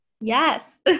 Yes